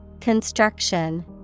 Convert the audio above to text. Construction